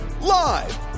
live